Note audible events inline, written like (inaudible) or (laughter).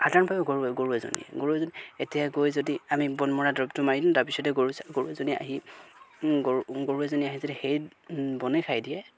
(unintelligible) গৰু গৰু এজনীয়ে গৰু এজনী এতিয়া গৈ যদি আমি বনমৰা দৰৱটো মাৰি দিম তাৰপিছতে গৰু গৰু এজনী আহি গৰু গৰু এজনী আহি যদি সেই বনে খাই দিয়ে